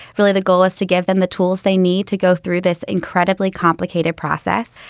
really, the goal is to give them the tools they need to go through this incredibly complicated process.